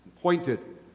pointed